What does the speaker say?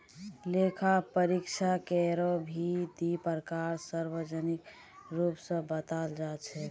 लेखा परीक्षकेरो भी दी प्रकार सार्वजनिक रूप स बताल जा छेक